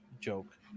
joke